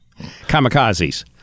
Kamikazes